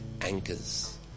anchors